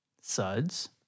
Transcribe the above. Suds